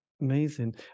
Amazing